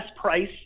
price